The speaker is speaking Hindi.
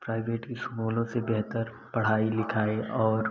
प्राइवेट इस्कूलों से बेहतर पढ़ाई लिखाई और